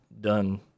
done